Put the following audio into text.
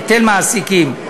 היטל מעסיקים,